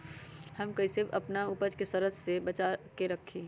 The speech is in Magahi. हम कईसे अपना उपज के सरद से बचा के रखी?